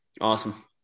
Awesome